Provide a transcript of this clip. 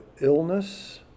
illness